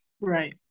right